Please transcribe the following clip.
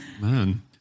man